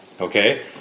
Okay